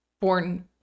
born